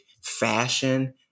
fashion